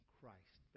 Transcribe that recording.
Christ